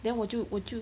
then 我就我就